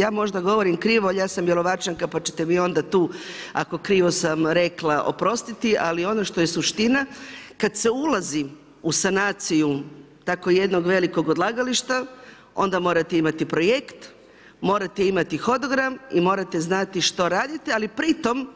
Ja možda govorim krivo, ali ja sam Bjelovarčanka pa ćete vi onda tu ako krivo sam rekla, oprostiti, ali ono što je suština, kad se ulazi u sanaciju tako jednog velikog odlagališta, onda morate imati projekt, morate imati hodogram i morate znati što radite ali pritom